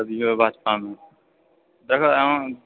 गतो बिबाह स्थानो देखऽ एहिमे